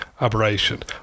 aberration